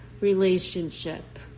relationship